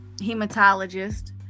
hematologist